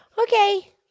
Okay